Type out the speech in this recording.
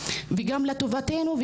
וגם לטובתנו,